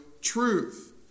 truth